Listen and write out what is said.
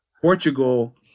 Portugal